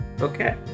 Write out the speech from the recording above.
okay